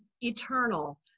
eternal